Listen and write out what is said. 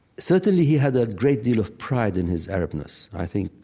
certainly, he had a great deal of pride in his arabness, i think,